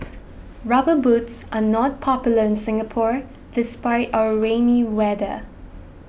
rubber boots are not popular in Singapore despite our rainy weather